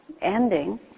ending